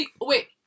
wait